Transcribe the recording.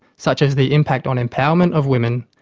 such as the impact on empowerment of women,